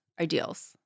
ideals